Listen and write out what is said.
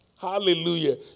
Hallelujah